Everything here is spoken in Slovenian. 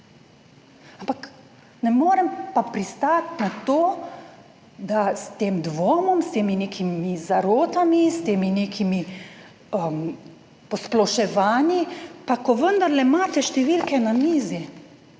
Ampak ne morem pa pristati na to, da s tem dvomom, s temi nekimi zarotami, s temi nekimi posploševanji, pa ko vendarle imate številke na mizi,